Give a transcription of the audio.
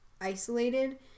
isolated